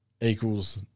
equals